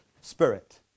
Spirit